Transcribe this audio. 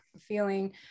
feeling